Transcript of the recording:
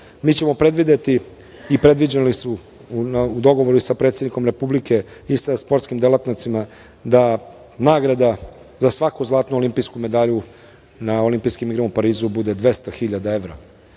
ćemo predvideti i predviđeni su u dogovoru sa predsednikom Republike i sa sportskim delatnicima da nagrada za svaku zlatnu olimpijsku medalju na Olimpijskim igrama u Parizu bude 200 hiljada